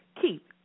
Keep